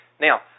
Now